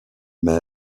mai